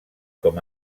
com